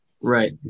Right